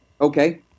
Okay